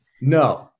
No